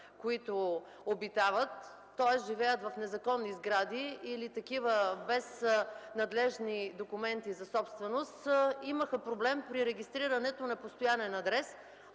които обитават, тоест живеят в незаконни сгради или такива без надлежни документи за собственост, имаха проблем при регистрирането на постоянен адрес,